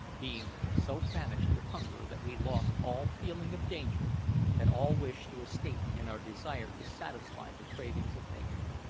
being so famished with hunger that we lost all feeling of danger and all wish to escape in our desire to satisfy the cravings of nature.